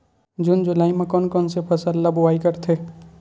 जून जुलाई म कोन कौन से फसल ल बोआई करथे?